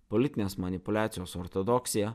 politinės manipuliacijos ortodoksiją